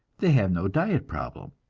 they have no diet problem.